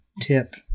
tip